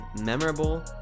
memorable